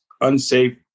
unsafe